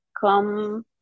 come